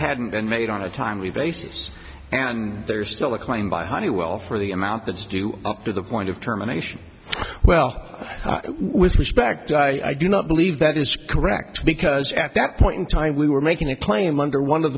hadn't been made on a timely basis and there's still a claim by honeywell for the amount that's due up to the point of terminations well with respect i do not believe that is correct because at that point in time we were making a claim under one of